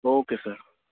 okay sir